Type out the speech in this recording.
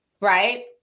right